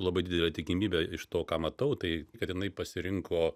labai didelė tikimybė iš to ką matau tai kad jinai pasirinko